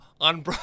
on